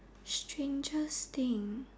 strangest thing